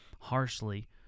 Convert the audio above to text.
harshly